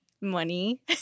money